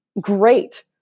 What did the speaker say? great